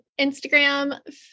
Instagram